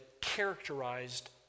characterized